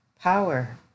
power